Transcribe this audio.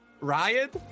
Riot